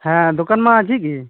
ᱦᱮᱸ ᱫᱚᱠᱟᱱ ᱢᱟ ᱡᱷᱤᱡ ᱜᱮ